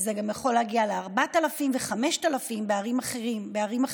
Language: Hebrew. וזה גם יכול להגיע ל-4,000 ו-5,000 בערים אחרות.